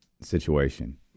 situation